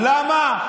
למה?